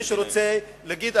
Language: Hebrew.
מי שרוצה להגיד,